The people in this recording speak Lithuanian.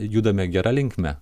judame gera linkme